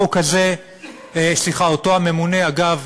אותו ממונה, אגב,